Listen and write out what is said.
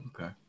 Okay